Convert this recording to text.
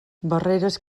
barreres